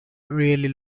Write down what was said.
really